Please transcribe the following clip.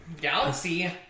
Galaxy